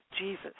Jesus